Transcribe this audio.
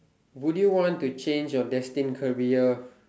would you want to change your destined career